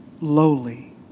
lowly